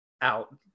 out